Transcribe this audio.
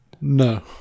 No